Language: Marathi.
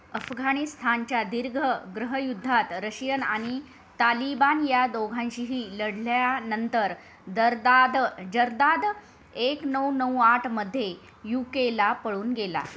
अफगाणिस्थानच्या दीर्घ गृहयुद्धात रशियन आणि तालिबान या दोघांशीही लढल्यानंतर दर्दाद जर्दाद एक नऊ नऊ आठमध्ये यू केला पळून गेला